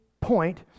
point